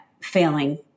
failing